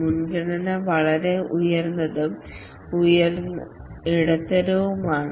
മുൻഗണന വളരെ ഉയർന്നതും ഉയർന്നതും ഇടത്തരവുമാണ്